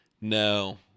no